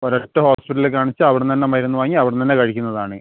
ഒരു ഒറ്റ ഹോസ്പിറ്റൽ കാണിച്ച് അവിടെ നിന്നുതന്നെ മരുന്ന് വാങ്ങി അവിടെ നിന്നുതന്നെ കഴിക്കുന്നതാണ്